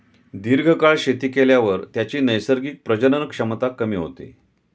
दीर्घकाळ शेती केल्यावर त्याची नैसर्गिक प्रजनन क्षमता कमी होते